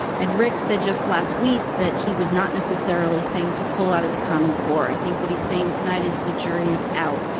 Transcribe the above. and rick said jus t last week that he was not necessarily saying to pull out of the common core. i think what he's saying tonight is the jury is out.